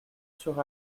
sur